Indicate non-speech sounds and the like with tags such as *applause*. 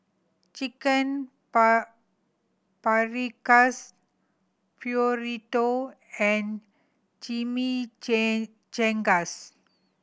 Chicken *unintelligible* Paprikas Burrito and *unintelligible*